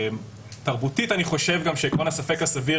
תרבותית אני חושב שעיקרון הספק הסביר